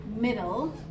middle